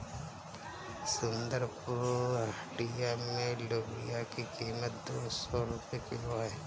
सुंदरपुर हटिया में लोबिया की कीमत दो सौ रुपए किलो है